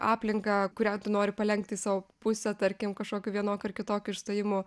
aplinką kurią tu nori palenkt į savo pusę tarkim kažkokiu vienokiu ar kitokiu išstojimu